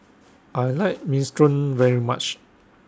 I like Minestrone very much